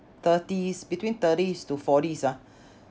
thirties between thirties to forties ah